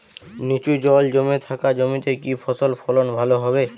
নিচু জল জমে থাকা জমিতে কি ফসল ফলন ভালো হবে?